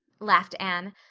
laughed anne,